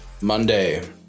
Monday